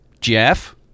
Jeff